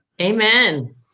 Amen